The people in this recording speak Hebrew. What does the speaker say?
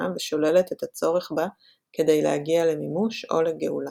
ושוללת את הצורך בה כדי להגיע למימוש או לגאולה.